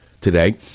today